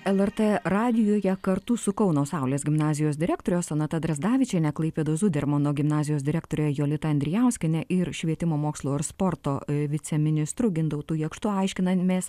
lrt radijuje kartu su kauno saulės gimnazijos direktore sonata drazdavičiene klaipėdos zudermano gimnazijos direktore jolita andrijauskiene ir švietimo mokslo ir sporto viceministru gintautu jakštu aiškinamės